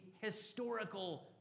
historical